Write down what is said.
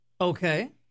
Okay